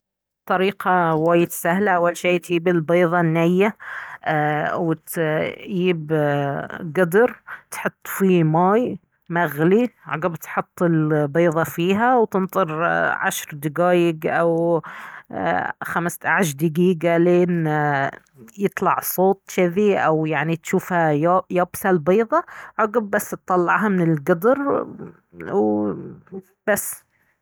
طريقة وايد سهلة اول شي تيب البيضة النية ايه وتيب قدر تحط فيه ماي مغلي عقب تحط البيضة فيها وتنطر عشر دقايق او خمسة عشر دقيقة لين يطلع صوت جذي و يعني تشوفها يابسة البيضة عقب بس تطلعها من القدر وبس